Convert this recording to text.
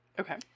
Okay